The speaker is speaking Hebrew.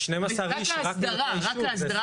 זה 12 איש רק לנותני אישור.